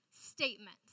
statements